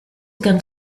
began